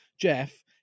Jeff